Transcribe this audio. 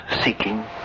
seeking